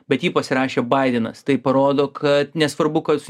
bet jį pasirašė baidenas tai parodo kad nesvarbu kas